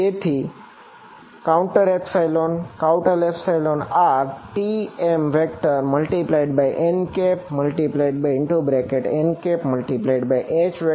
તેથી TmnnH jkrdl